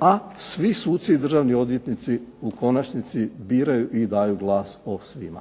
a svi suci i državni odvjetnici u konačnici biraju i daju glas svima.